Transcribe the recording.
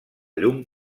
llum